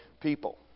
people